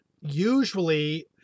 usually